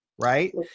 right